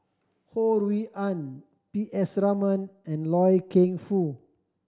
Ho Rui An P S Raman and Loy Keng Foo